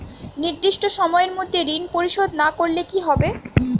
নির্দিষ্ট সময়ে মধ্যে ঋণ পরিশোধ না করলে কি হবে?